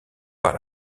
par